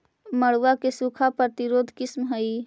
मड़ुआ के सूखा प्रतिरोधी किस्म हई?